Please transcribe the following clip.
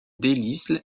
delisle